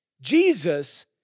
Jesus